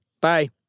Bye